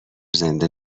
زنده